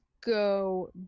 go